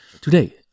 Today